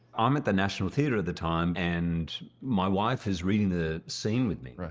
um at the national theater at the time. and my wife is reading the scene with me.